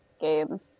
games